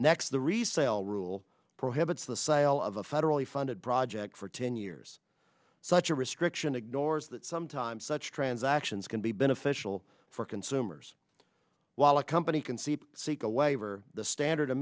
next the resale rule prohibits the sale of a federally funded project for ten years such a restriction ignores that sometimes such transactions can be beneficial for consumers while a company can see seek a waiver the standard